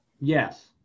Yes